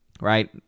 right